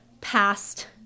past